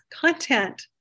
content